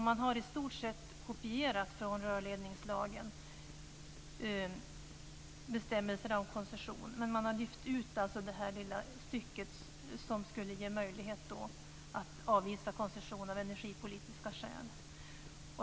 Man har i stort sett kopierat bestämmelserna om koncession från rörledningslagen, men man har lyft ut det lilla stycke som skulle ge möjlighet att avvisa koncession av energipolitiska skäl.